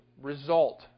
result